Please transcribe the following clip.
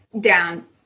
Down